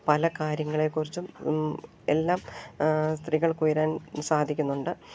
പല കാര്യങ്ങളെക്കുറിച്ചും എല്ലാം സ്ത്രീകൾക്കുയരാൻ സാധിക്കുന്നുണ്ട്